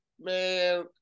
man